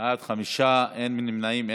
בעד, חמישה, אין מתנגדים ואין נמנעים.